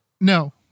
No